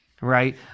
right